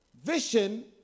Vision